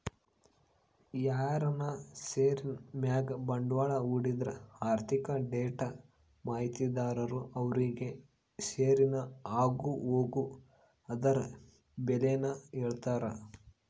ಯಾರನ ಷೇರಿನ್ ಮ್ಯಾಗ ಬಂಡ್ವಾಳ ಹೂಡಿದ್ರ ಆರ್ಥಿಕ ಡೇಟಾ ಮಾಹಿತಿದಾರರು ಅವ್ರುಗೆ ಷೇರಿನ ಆಗುಹೋಗು ಅದುರ್ ಬೆಲೇನ ಹೇಳ್ತಾರ